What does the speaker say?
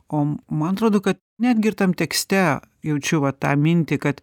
o man atrodo kad netgi ir tam tekste jaučiu va tą mintį kad